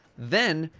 then,